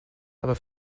aber